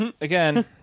again